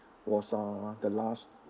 was uh the last